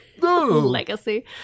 Legacy